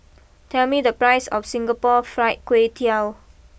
tell me the price of Singapore Fried Kway Tiao